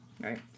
right